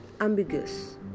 ambiguous